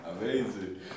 Amazing